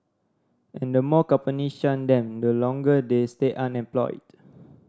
and the more companies shun them the longer they stay unemployed